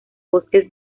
bosque